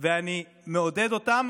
ואני מעודד אותם,